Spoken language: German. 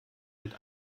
mit